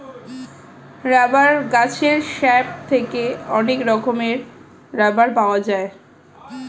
rubber গাছের sap থেকে অনেক রকমের রাবার পাওয়া যায়